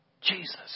Jesus